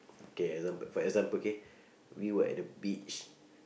K example for example K we were at the beach